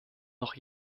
noch